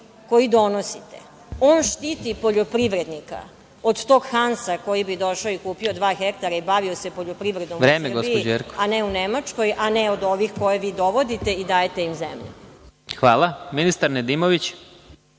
koji donosite štiti poljoprivrednika od tog Hansa koji bi došao i kupio dva hektara i bavio se poljoprivredom u Srbiji, a ne u Nemačkoj, a ne od ovih koje vi dovodite i dajete im zemlju. **Vladimir Marinković**